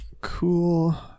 cool